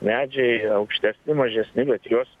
medžiai aukštesni mažesni bet juos